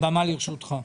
הבמה לרשותך.